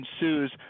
ensues